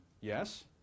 yes